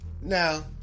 Now